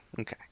Okay